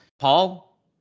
Paul